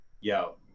yo